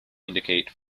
indicate